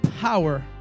power